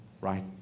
right